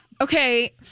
okay